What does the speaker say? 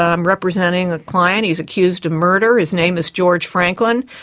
i'm representing a client, he is accused of murder, his name is george franklin.